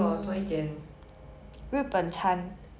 so what do you want